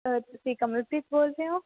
ਤੁਸੀਂ ਕਮਲਪ੍ਰੀਤ ਬੋਲਦੇ ਹੋ